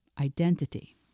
identity